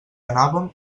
anàvem